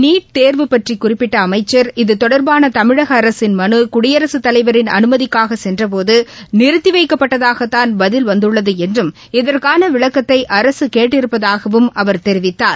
NEET தேர்வு பற்றிகுறிப்பிட்டஅமைச்சர் இது தொடர்பானதமிழகஅரசின் மனுகுடியரசுத் தலைவரின் அனுமதிக்காகசென்றபோது நிறுத்திவைக்கப்பட்டதாகத் தான் பதில் வந்துள்ளதுஎன்றும் இதற்கானவிளக்கத்தைஅரசுகேட்டிருப்பதாகவும் அவர் தெரிவித்தார்